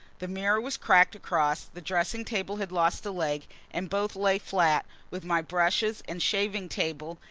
the mirror was cracked across the dressing-table had lost a leg and both lay flat, with my brushes and shaving-table,